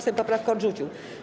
Sejm poprawkę odrzucił.